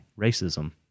racism